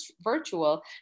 virtual